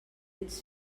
ets